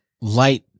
light